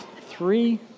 three